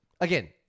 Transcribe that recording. Again